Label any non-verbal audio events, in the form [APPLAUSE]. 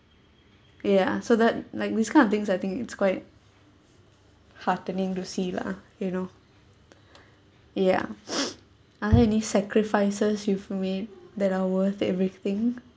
ya so that like these kind of things I think it's quite heartening to see lah you know ya [BREATH] are there any sacrifices you've made that are worth everything